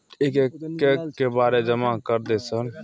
एक एक के बारे जमा कर दे सर?